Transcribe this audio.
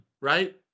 right